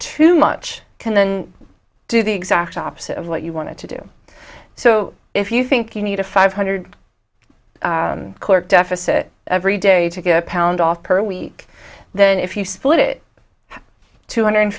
too much can then do the exact opposite of what you want to do so if you think you need a five hundred court deficit every day to get a pound off per week then if you split it two hundred